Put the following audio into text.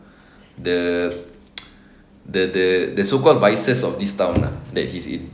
the the the the so called vices of this town lah that he's in